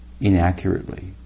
inaccurately